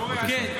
בבקשה.